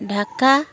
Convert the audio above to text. Dhaka